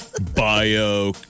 Bio